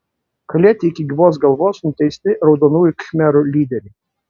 kalėti iki gyvos galvos nuteisti raudonųjų khmerų lyderiai